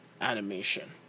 animation